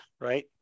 right